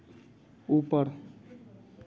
ऊपर